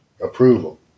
approval